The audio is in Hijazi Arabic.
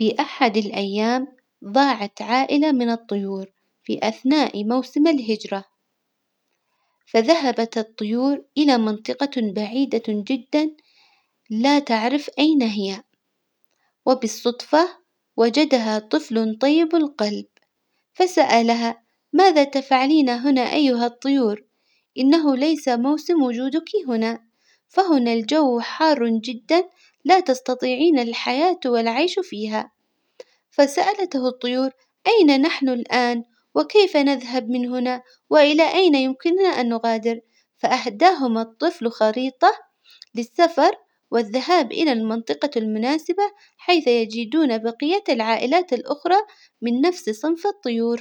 في أحد الأيام ظاعت عائلة من الطيور في أثناء موسم الهجرة، فذهبت الطيور إلى منطقة بعيدة جدا لا تعرف أين هي، وبالصدفة وجدها طفل طيب القلب فسألها ماذا تفعلين هنا أيها الطيور? إنه ليس موسم وجودك هنا، فهنا الجو حار جدا لا تستطيعين الحياة والعيش فيها، فسألته الطيور أين نحن الآن? وكيف نذهب من هنا وإلى أين يمكننا ان نغادر? فأهداهم الطفل خريطة للسفر والذهاب إلى المنطقة المناسبة حيث يجدون بقية العائلات الأخرى من نفس صنف الطيور.